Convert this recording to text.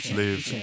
live